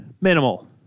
minimal